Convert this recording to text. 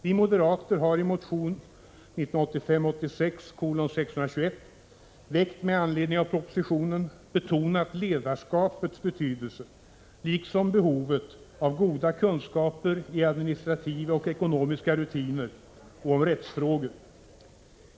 Vi moderater har i motion 1985/86:621, väckt med anledning av propositionen, betonat ledarskapets betydelse liksom behovet av goda kunskaper i administrativa och ekonomiska rutiner samt om rättsfrågor.